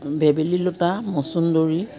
ভেবেলী লতা মছন্দৰী